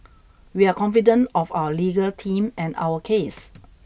we are confident of our legal team and our case